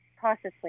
cautiously